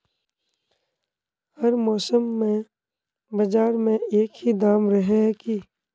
हर मौसम में बाजार में एक ही दाम रहे है की?